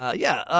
yeah yeah, ah,